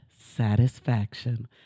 satisfaction